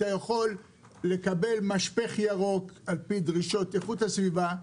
אתה יכול לקבל משפך ירוק על פי דרישות איכות הסביבה,